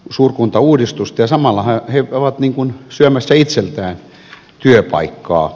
samallahan he ovat niin kuin syömässä itseltään työpaikkaa